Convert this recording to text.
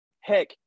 heck